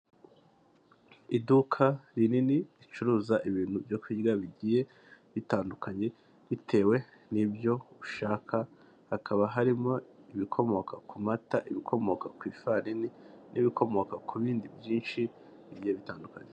Iduka rinini ricuruza ibintu byo kurya bigiye bitandukanye bitewe n'ibyo ushaka. Hakaba harimo ibikomoka ku mata, ibikomoka ku ifarini n'ibikomoka ku bindi byinshi bigiye bitandukanye.